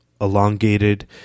elongated